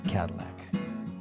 Cadillac